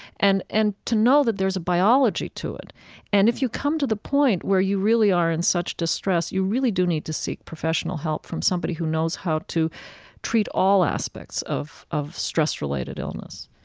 and and to know that there's a biology to it and if you come to the point where you really are in such distress, you really do need to seek professional help from somebody who knows how to treat all aspects of of stress-related illness